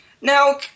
Now